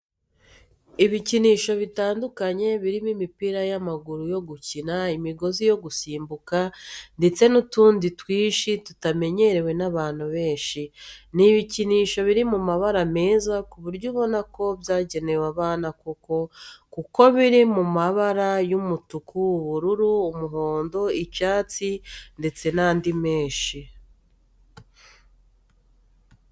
Ibikinisho bitandukanye birimo imipira y'amaguru yo gukina, imigozi yo gusimbuka ndetse n'utundi twinshi tutanenyerewe n'abantu benshi. Ni ibikinisho biri mu mabara meza ku buryo ubona ko byagenewe abana koko kuko biri mu mabara y'umutuku, ubururu, umuhondo, icyatsi ndetse n'andi menshi.